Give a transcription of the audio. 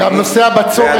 גם נושא הבצורת אפשר.